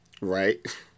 right